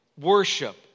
worship